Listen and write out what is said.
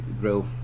growth